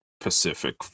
Pacific